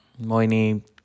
Moini